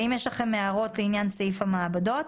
האם יש לכם הערות לעניין סעיף המעבדות?